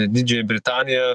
didžiąją britaniją